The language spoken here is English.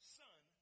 son